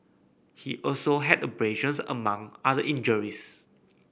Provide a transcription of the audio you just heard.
he also had abrasions among other injuries